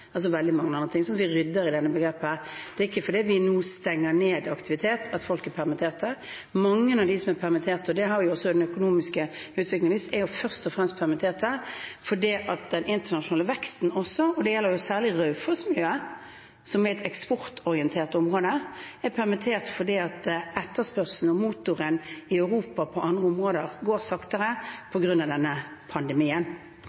veldig mye annet. Så la oss rydde i begrepene. Det er ikke fordi vi nå stenger ned aktivitet at folk er permitterte. Mange av dem som er permitterte – det har også den økonomiske utviklingen vist – er først og fremst permittert fordi etterspørselen og motoren i Europa og i andre områder går saktere på grunn av denne pandemien. Det gjelder særlig Raufoss-miljøet, som er et eksportorientert område. Vi må som politikere alltid gjøre noen valg, og